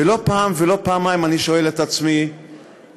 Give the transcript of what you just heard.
ולא פעם ולא פעמיים אני שואל את עצמי אם